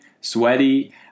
sweaty